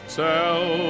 tell